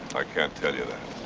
i can't tell you that.